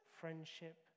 Friendship